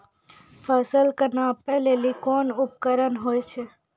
फसल कऽ नापै लेली कोन उपकरण होय छै?